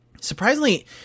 surprisingly